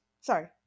Sorry